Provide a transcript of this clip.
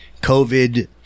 COVID